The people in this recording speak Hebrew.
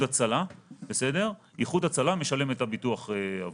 הצלה - איחוד הצלה משלם את הביטוח עבורו.